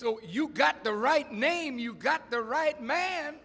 so you got the right name you got the right man